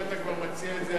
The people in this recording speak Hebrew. אם אתה כבר מציע את זה,